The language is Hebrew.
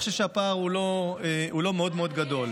אני חושב שהפער הוא לא מאוד מאוד גדול.